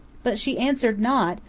but she answered not,